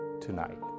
tonight